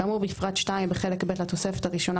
כאמור בפרט 2 בחלק ב' לתוספת הראשונה,